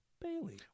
Bailey